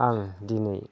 आं दिनै